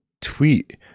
tweet